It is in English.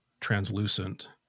translucent